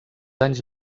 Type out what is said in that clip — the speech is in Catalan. anys